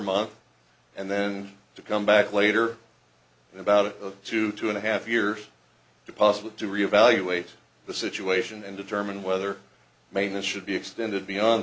month and then to come back later in about a two two and a half years to possible to re evaluate the situation and determine whether maintenance should be extended beyond